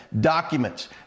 documents